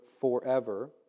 forever